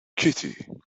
kitty